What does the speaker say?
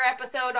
episode